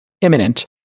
imminent